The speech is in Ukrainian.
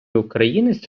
українець